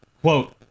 Quote